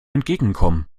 entgegenkommen